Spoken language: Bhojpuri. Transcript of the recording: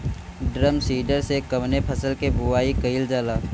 ड्रम सीडर से कवने फसल कि बुआई कयील जाला?